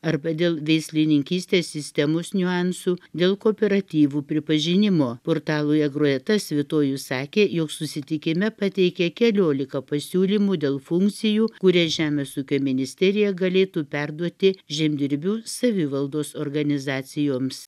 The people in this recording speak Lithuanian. arba dėl veislininkystės sistemos niuansų dėl kooperatyvų pripažinimo portalui agrueta svitojus sakė jog susitikime pateikė keliolika pasiūlymų dėl funkcijų kurias žemės ūkio ministerija galėtų perduoti žemdirbių savivaldos organizacijoms